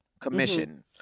Commission